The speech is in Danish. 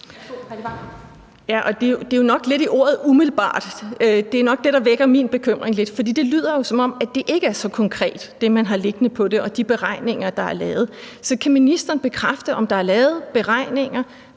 det er nok lidt ordet umiddelbart, der vækker min bekymring. For det lyder jo, som om det ikke er så konkret, hvad man har liggende på det og i forhold til de beregninger, der er lavet. Så kan ministeren bekræfte, om der er lavet beregninger,